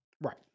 right